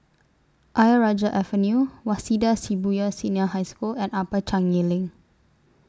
Ayer Rajah Avenue Waseda Shibuya Senior High School and Upper Changi LINK